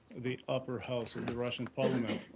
the upper house of the russian parliament,